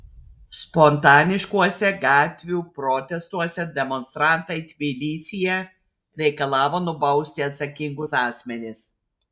spontaniškuose gatvių protestuose demonstrantai tbilisyje reikalavo nubausti atsakingus asmenis